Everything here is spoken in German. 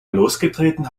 losgetreten